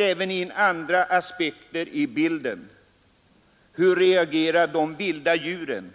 Även andra aspekter kommer in i bilden. Hur reagerar de vilda djuren?